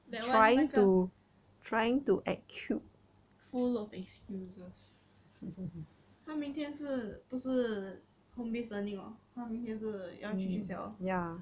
that one 那个 full of excuses 她明天是不是 home base learning hor 她明天是要去学校 hor